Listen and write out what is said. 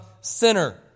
sinner